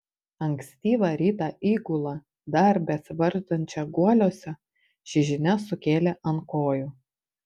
ankstyvą rytą įgulą dar besivartančią guoliuose ši žinia sukėlė ant kojų